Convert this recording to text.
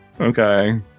Okay